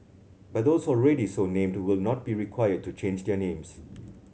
but those already so named will not be required to change their names